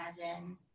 imagine